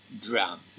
drum